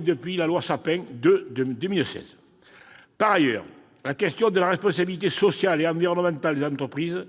depuis la loi Sapin II de 2016. Par ailleurs, la question de la responsabilité sociale et environnementale des entreprises